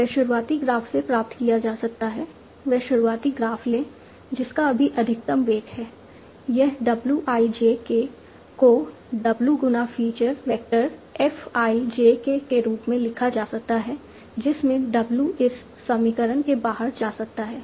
वह शुरुआती ग्राफ से प्राप्त किया जा सकता है वह शुरुआती ग्राफ ले जिसका अभी अधिकतम वेट है यह w i j k को w गुना feature vector f i j k के रूप में लिखा जा सकता है जिसमें w इस समीकरण के बाहर जा सकता है